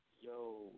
Yo